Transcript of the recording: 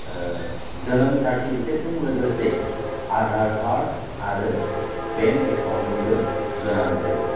जोनोम सार्टिफिकेट जों लोगोसे आधार कार्ड आरो बेंक एकाउन्ट निबो गोनां जायो